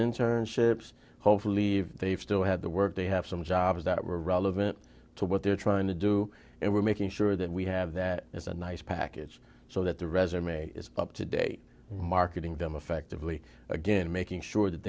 internships hopefully they've still had the work they have some jobs that were all of it to what they're trying to do and we're making sure that we have that as a nice package so that the resume is up to date marketing them affectively again making sure that